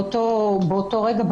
באותו רגע,